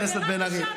רק אישה צווחת,